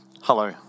hello